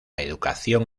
educación